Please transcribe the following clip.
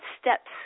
steps